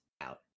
out